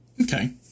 Okay